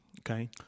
Okay